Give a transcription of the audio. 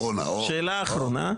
שאלה אחרונה,